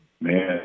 Man